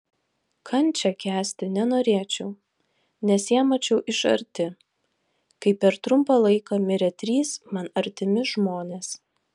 kančią kęsti nenorėčiau nes ją mačiau iš arti kai per trumpą laiką mirė trys man artimi žmonės